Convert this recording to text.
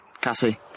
Cassie